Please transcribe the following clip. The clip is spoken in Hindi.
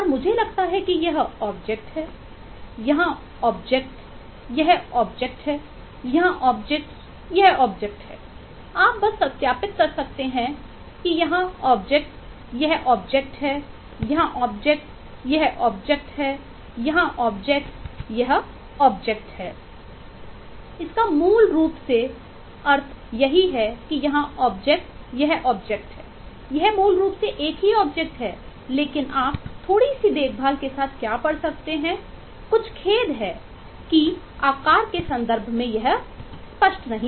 इसका अर्थ मूल रूप से यही है कि यहाँ ऑब्जेक्ट है लेकिन आप थोड़ी सी देखभाल के साथ क्या पढ़ सकते हैं कुछ खेद है कि आकार के संदर्भ में यह स्पष्ट नहीं है